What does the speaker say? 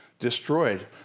Destroyed